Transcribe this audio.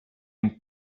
and